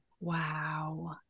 Wow